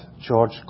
George